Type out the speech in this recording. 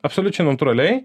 absoliučiai natūraliai